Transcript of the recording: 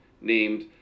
named